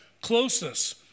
closeness